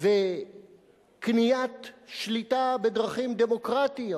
וקניית שליטה בדרכים דמוקרטיות